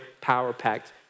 power-packed